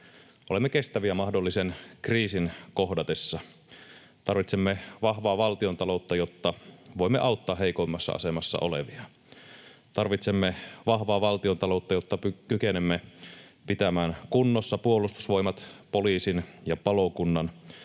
olemme kestäviä mahdollisen kriisin kohdatessa. Tarvitsemme vahvaa valtiontaloutta, jotta voimme auttaa heikoimmassa asemassa olevia. Tarvitsemme vahvaa valtiontaloutta, jotta kykenemme pitämään kunnossa Puolustusvoimat, poliisin ja palokunnan